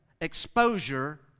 exposure